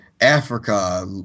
africa